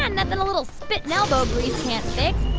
ah nothing a little spit and elbow grease can't fix.